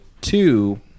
two